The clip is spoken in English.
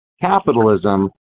capitalism